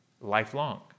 lifelong